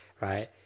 right